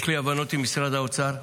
יש לי הבנות עם משרד האוצר,